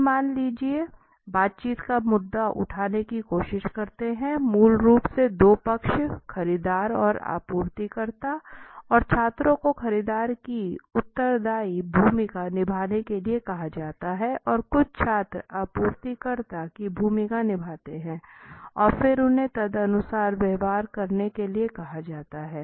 वे मान लीजिए बातचीत का मुद्दा उठाने की कोशिश करते हैं मूल रूप से दो पक्ष खरीदार और आपूर्तिकर्ता और छात्रों को खरीदार की उत्तरदायी भूमिका निभाने के लिए कहा जाता है और कुछ छात्र आपूर्तिकर्ता की भूमिका निभाते हैं और फिर उन्हें तदनुसार व्यवहार करने के लिए कहा जाता है